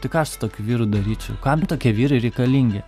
tai ką su tokiu vyru daryčiau kam tokie vyrai reikalingi